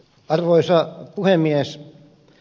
arvoisa puhemies